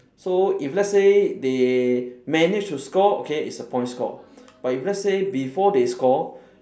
so if let's say they manage to score okay it's a point score but if let's say before they score